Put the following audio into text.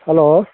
hello